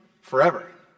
forever